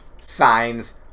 Signs